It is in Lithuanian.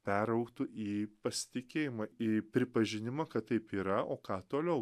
peraugtų į pasitikėjimą į pripažinimą kad taip yra o ką toliau